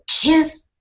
kiss